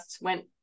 went